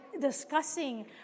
discussing